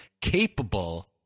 capable